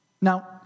Now